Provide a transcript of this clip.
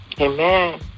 Amen